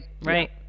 right